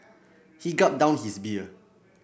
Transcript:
he gulped down his beer